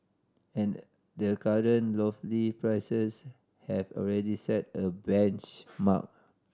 and the current lofty prices have already set a benchmark